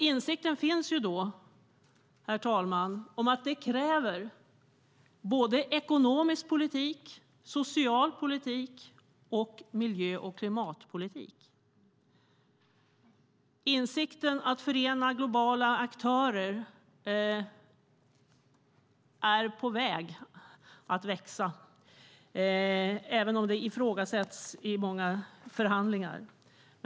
Insikten finns, herr talman, om att detta kräver såväl ekonomisk politik som social politik och miljö och klimatpolitik. Insikten om att man bör förena globala aktörer är på väg att växa även om det ifrågasätts i många förhandlingar.